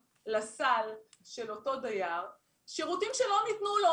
לסל של אותו דייר עבור שירותים שלא ניתנו לו,